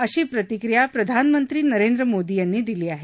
अशी प्रतिक्रिया प्रधानमंत्री नरेंद्र मोदी यानी दिली आहे